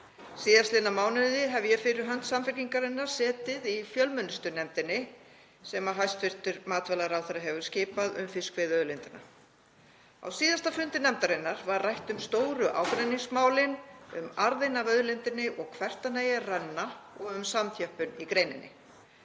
Síðastliðna mánuði hef ég fyrir hönd Samfylkingarinnar setið í fjölmennustu nefndinni, sem hæstv. matvælaráðherra hefur skipað um fiskveiðiauðlindina. Á síðasta fundi nefndarinnar var rætt um stóru ágreiningsmálin, um arðinn af auðlindinni og hvert hann eigi að renna og um samþjöppun í greininni.